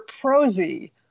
prosy